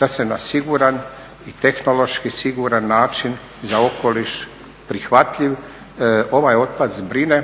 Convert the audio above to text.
da se na siguran i tehnološki siguran način za okoliš prihvatljiv ovaj otpad zbrine.